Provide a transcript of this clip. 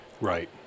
right